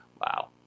Wow